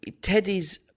Teddy's